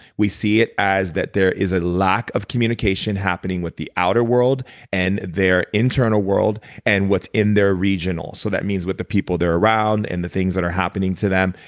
we see it as that there is a lack of communication happening with the outer world and their internal world and what's in their regional so that means with the people there around and the things that are happening to them.